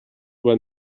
when